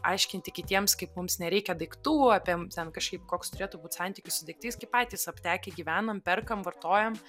aiškinti kitiems kaip mums nereikia daiktų apie ten kažkaip koks turėtų būt santykis su daiktais kai patys aptekę gyvenam perkam vartojam